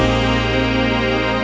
and